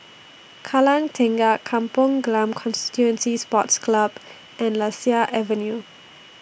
Kallang Tengah Kampong Glam Constituency Sports Club and Lasia Avenue